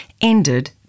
ended